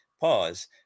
pause